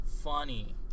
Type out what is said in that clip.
funny